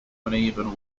uneven